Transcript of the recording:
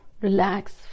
relax